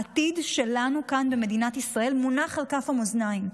העתיד שלנו כאן במדינת ישראל מונח על כף המאזניים.